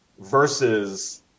Versus